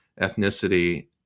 ethnicity